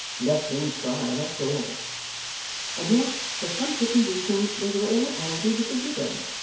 let him try that's all and yet for some hidden reason they were all angry with the widow,